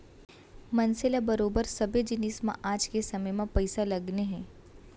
मनसे ल बरोबर सबे जिनिस म आज के समे म पइसा लगने हे